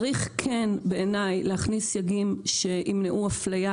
כן צריך להכניס בעיניי סייגים שימנעו אפליה